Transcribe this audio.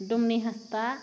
ᱰᱩᱢᱱᱤ ᱦᱟᱸᱥᱫᱟ